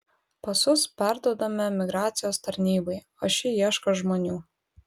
pasus perduodame migracijos tarnybai o ši ieško žmonių